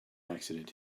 accident